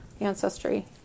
ancestry